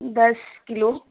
دس کلو